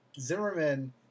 Zimmerman